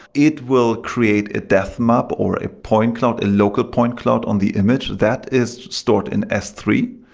it will create a depth map or a point cloud, local point cloud on the image. that is stored in s three.